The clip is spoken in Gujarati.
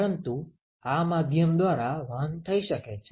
પરંતુ આ માધ્યમ દ્વારા વહન થઈ શકે છે